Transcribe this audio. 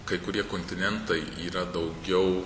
kai kurie kontinentai yra daugiau